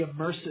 immersive